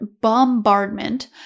bombardment